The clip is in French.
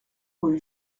rue